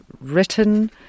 written –